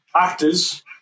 Actors